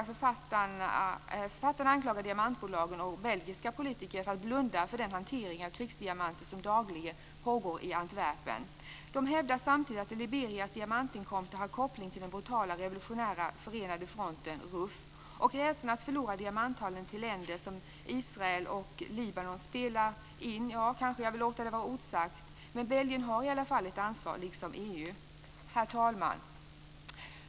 Författarna anklagar diamantbolagen och belgiska politiker för att blunda för den hantering av krigsdiamanter som dagligen pågår i Antwerpen. De hävdar samtidigt att Liberias diamantinkomster har koppling till den brutala Revolutionära Förenade Fronten, RUF. Om rädslan att förlora diamanthandeln till länder som Israel och Libanon spelar in vill jag nog låta vara osagt. Belgien har i alla fall ett ansvar, liksom EU. Herr talman!